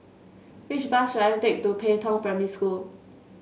which bus should I take to Pei Tong Primary School